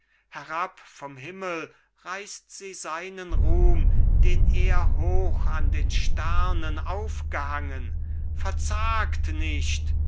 herab vom himmel reißt sie seinen ruhm den er hoch an den sternen aufgehangen verzagt nicht